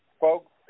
folks